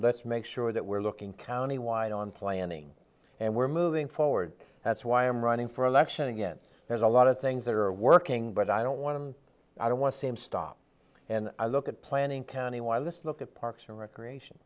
let's make sure that we're looking county wide on planning and we're moving forward that's why i'm running for election again there's a lot of things that are working but i don't want to i don't want to see him stop and i look at planning county while this look at parks and recreation